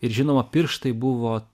ir žinoma pirštai buvo